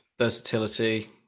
versatility